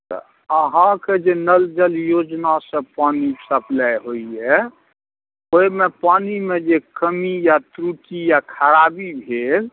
अहाँके जे नल जल योजनासँ पानी सप्लाइ होइए ओहिमे पानीमे जे कमी या त्रुटि या खराबी भेल